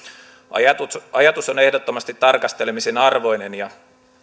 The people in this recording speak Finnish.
ajatus ajatus on ehdottomasti tarkastelemisen arvoinen ja